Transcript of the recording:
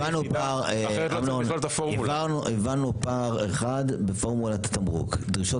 הבהרנו פער אחד בפורמולת תמרוק דרישות